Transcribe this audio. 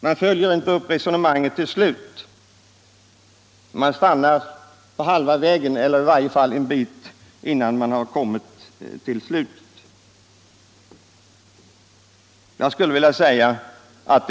Man stannar på halva vägen eller avbryter i varje fall resonemanget innan man kommit till slutet.